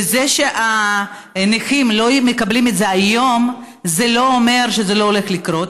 וזה שהנכים לא מקבלים את זה היום זה לא אומר שזה לא הולך לקרות.